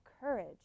courage